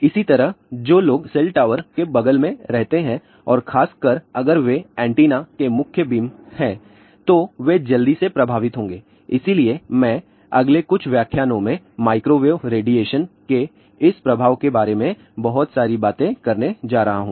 इसी तरह जो लोग सेल टॉवर के बगल में रहते हैं और खासकर अगर वे एंटीना के मुख्य बीम हैं तो वे जल्दी से प्रभावित होंगे इसलिए मैं अगले कुछ व्याख्यानों में माइक्रोवेव रेडिएशन के इस प्रभाव के बारे में बहुत सारी बातें करने जा रहा हूँ